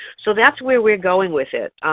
so that's where we're going with it.